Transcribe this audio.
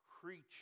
creature